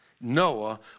Noah